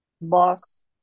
Boss